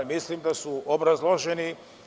Mislim da su obrazloženi.